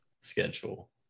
schedule